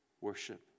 worship